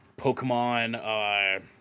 Pokemon